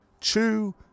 chew